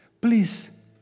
Please